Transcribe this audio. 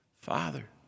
Father